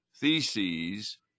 theses